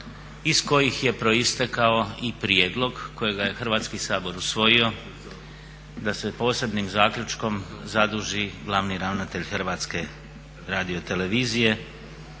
iz kojih je proistekao i prijedlog kojega je Hrvatski sabor usvojio da se posebnim zaključkom zaduži glavni ravnatelj HRT-a da Hrvatskome